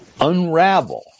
unravel